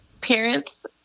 parents